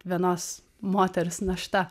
vienos moters našta